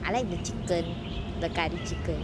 I like the chicken the curry chicken